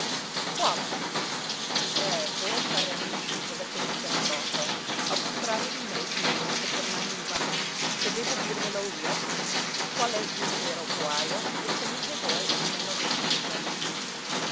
quale eh voi cari amici volete saper troppo al contrario di me che non voglio saper mai nulla se debbo dirvelo io qual è il vero guajo è segno che voi non l'avvertite